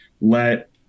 let